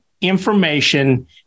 information